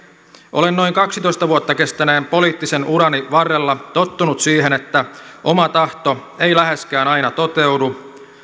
olen noin kaksitoista vuotta kestäneen poliittisen urani varrella tottunut siihen että oma tahto ei läheskään aina toteudu